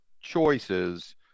choices